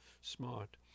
smart